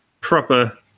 proper